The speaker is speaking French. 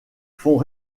font